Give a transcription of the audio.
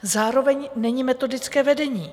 Zároveň není metodické vedení.